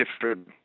different